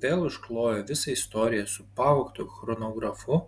vėl išklojo visą istoriją su pavogtu chronografu